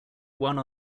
one